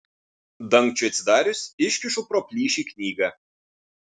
dangčiui atsidarius iškišu pro plyšį knygą